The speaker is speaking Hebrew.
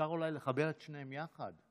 אפשר אולי לחבר את שניהם יחד.